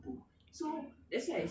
kasi air